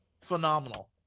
phenomenal